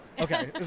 Okay